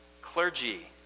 clergy